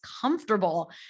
comfortable